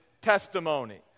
testimony